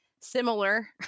similar